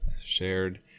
shared